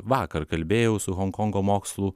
vakar kalbėjau su honkongo mokslų